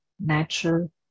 natural